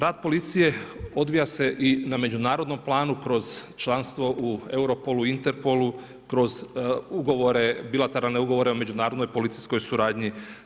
Rad policije odvija se i na međunarodnom planu kroz članstvo u Europolu, Interpolu, kroz ugovore, bilateralne ugovore o međunarodnoj policijskoj suradnji.